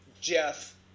Jeff